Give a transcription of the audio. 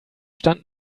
stand